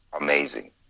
amazing